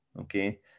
okay